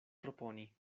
proponi